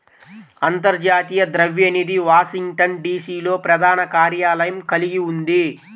అంతర్జాతీయ ద్రవ్య నిధి వాషింగ్టన్, డి.సి.లో ప్రధాన కార్యాలయం కలిగి ఉంది